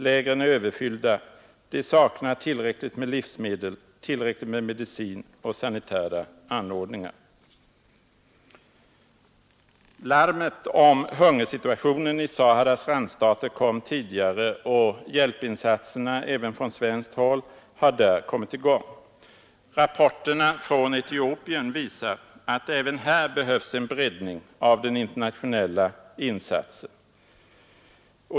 Lägren är överfyllda, de saknar tillräckligt med livsmedel, tillräckligt med medicin och sanitära anordningar.” Larmet om hungersituationen i Saharas randstater kom tidigare och hjälpinsatserna — även från svenskt håll — har där satts i gång. Rapporterna från Etiopien visar att även här behövs en breddning av den internationella insatsen.